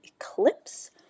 Eclipse